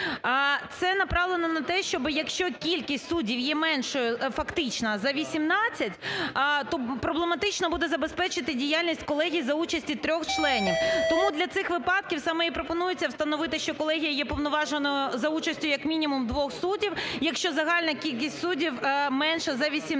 Це направлено на те, щоб якщо кількість суддів є меншою фактично за 18, то проблематично буде забезпечити діяльність колегії за участі 3 членів. Тому для цих випадків саме і пропонується встановити, що колегія є повноваженою за участю як мінімум 2 суддів, якщо загальна кількість суддів менша за 18.